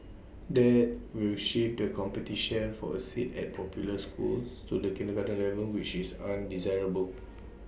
that will shift the competition for A seat at popular schools to the kindergarten level which is undesirable